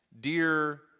dear